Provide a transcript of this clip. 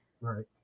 Right